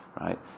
right